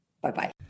Bye-bye